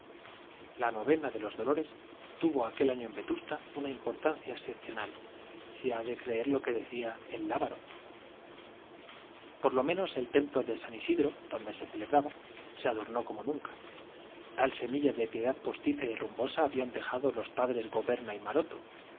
la novena de los dolores tuvo aquel año en vetusta una importancia excepcional si se ha de creer lo que decía el lábaro por lo menos el templo de san isidro donde se celebraba se adornó como nunca tal semilla de piedad postiza y rumbosa habían dejado los pp goberna y maroto